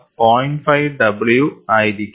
5 W ആയിരിക്കും